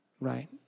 Right